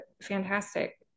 fantastic